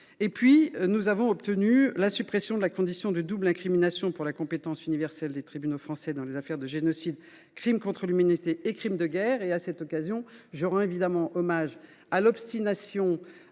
ailleurs, nous avons obtenu la suppression de la condition de double incrimination pour la compétence universelle des tribunaux français dans les affaires de génocide, de crime contre l’humanité et de crime de guerre. À cette occasion, je rends évidemment hommage à l’obstination